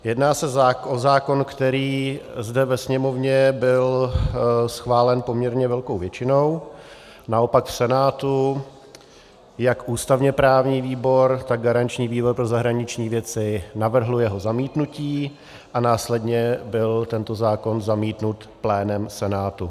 Jedná se o zákon, který zde ve Sněmovně byl schválen poměrně velkou většinou, naopak v Senátu jak ústavněprávní výbor, tak garanční výbor pro zahraniční věci navrhl jeho zamítnutí a následně byl tento zákon zamítnut plénem Senátu.